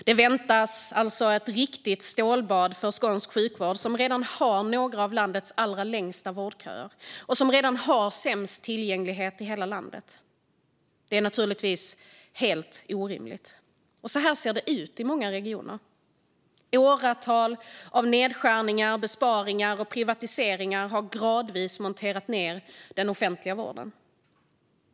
Det väntar alltså ett riktigt stålbad för skånsk sjukvård som redan har några av landets längsta vårdköer och som redan har sämst tillgänglighet i landet. Det är naturligtvis helt orimligt. Så här ser det ut i många regioner. Åratal av nedskärningar, besparingar och privatiseringar har gradvis monterat ned den offentliga vården.